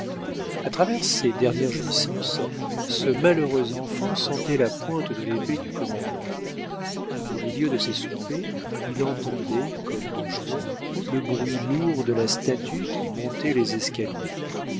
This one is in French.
a travers ses dernières jouissances ce malheureux enfant sentait la pointe de l'épée du commandeur au milieu de ses soupers il entendait comme don juan le bruit lourd de la statue qui montait les escaliers